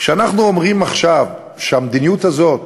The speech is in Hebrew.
כשאנחנו אומרים עכשיו שהמדיניות הזאת,